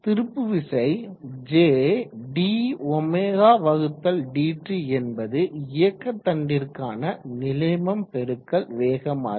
திருப்பு விசை jdωdt என்பது இயக்க தண்டிற்கான நிலைமம் பெருக்கல் வேகமாற்றம்